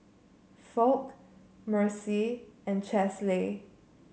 Foch Mercy and Chesley